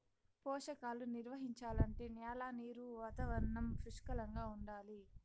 పోషకాలు నిర్వహించాలంటే న్యాల నీరు వాతావరణం పుష్కలంగా ఉండాలి